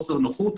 ויחידה.